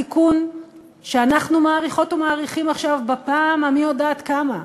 התיקון שאנחנו מאריכות ומאריכים עכשיו בפעם המי-יודעת-כמה,